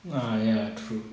ah ya true